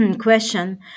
question